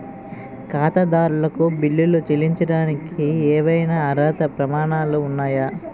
ఖాతాదారులకు బిల్లులు చెల్లించడానికి ఏవైనా అర్హత ప్రమాణాలు ఉన్నాయా?